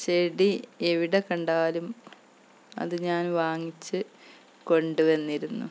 ചെടി എവിടെക്കണ്ടാലും അത് ഞാൻ വാങ്ങിച്ച് കൊണ്ട് വന്നിരുന്നു